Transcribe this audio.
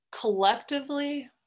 collectively